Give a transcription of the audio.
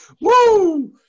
Woo